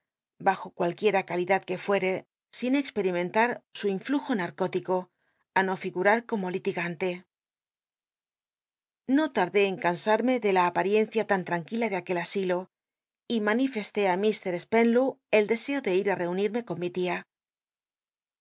bajo cualquica calidad cjuc fuec sin expetimcntar su influjo narcótico ti no figurar como litigante i'io lardé en cansarme de la apal'icncia tan tranquila de aquel asilo y maniresté á llr spenlow el deseo de ir ti reunirme con mi lía